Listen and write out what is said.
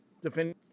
defending